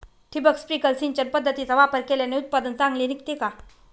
ठिबक, स्प्रिंकल सिंचन पद्धतीचा वापर केल्याने उत्पादन चांगले निघते का?